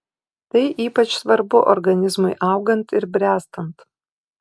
tai ypač svarbu organizmui augant ir bręstant